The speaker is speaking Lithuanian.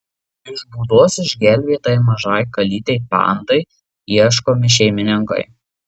iš būdos išgelbėtai mažai kalytei pandai ieškomi šeimininkai